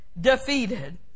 defeated